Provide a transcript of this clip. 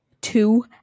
two